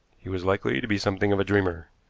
he was likely to be something of a dreamer.